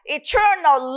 eternal